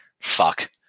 Fuck